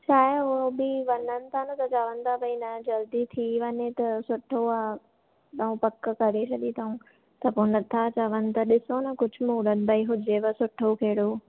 छा आहे उहा बि वञनि था न त चवनि था भई न जल्दी थी वञे त सुठो आहे भाऊ पक करे छॾी अथऊं त पोइ न था चवनि त ॾिसो न कुझु मुहरत भाई हुजे सुठो कहिड़ो